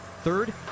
Third